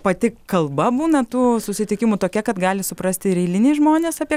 pati kalba būna tų susitikimų tokia kad gali suprasti ir eiliniai žmonės apie